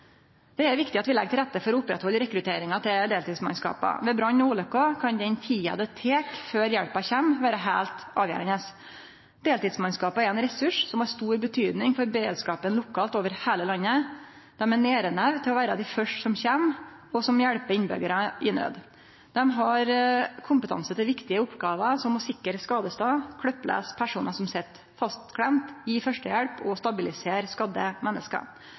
Det er viktig at vi legg til rette for å oppretthalde rekrutteringa til deltidsmannskapa. Ved brann og ulykker kan den tida det tek før hjelpa kjem, vere heilt avgjerande. Deltidsmannskapa er ein ressurs som har stor betyding for beredskapen lokalt over heile landet. Dei er nær nok til å vere dei første som kjem og hjelper innbyggjarar i nød. Dei har kompetanse til viktige oppgåver som å sikre skadestad, klippe laus personar som sit fastklemt, gje førstehjelp og stabilisere skadde menneske.